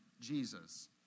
Jesus